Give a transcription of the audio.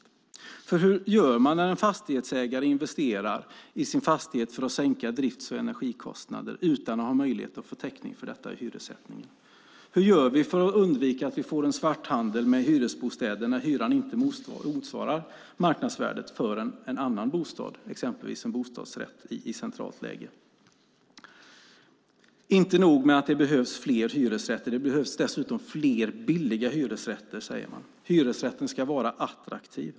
För hur gör man när en fastighetsägare investerar i sin fastighet för att sänka drifts och energikostnader utan att ha möjlighet att få täckning för detta i hyressättningen? Hur gör vi för att undvika att vi får en svarthandel med hyresbostäder när hyran inte motsvarar marknadsvärdet för en annan bostad, exempelvis en bostadsrätt, i centralt läge? Inte nog med att det behövs fler hyresrätter - det behövs dessutom fler billiga hyresrätter, säger man. Hyresrätten ska vara attraktiv.